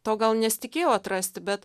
to gal nesitikėjau atrasti bet